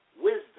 wisdom